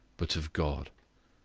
but of god.